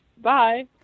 bye